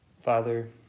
Father